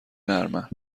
نرمن